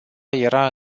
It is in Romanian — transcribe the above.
era